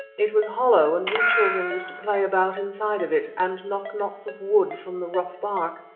it was hollow, and we children used to play about inside of it, and knock knots of wood from the rough bark.